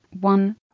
one